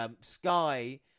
Sky